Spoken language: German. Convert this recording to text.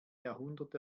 jahrhundert